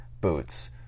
boots